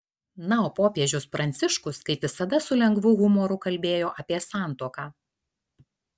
na o popiežius pranciškus kaip visada su lengvu humoru kalbėjo apie santuoką